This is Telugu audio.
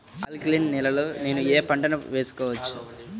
ఆల్కలీన్ నేలలో నేనూ ఏ పంటను వేసుకోవచ్చు?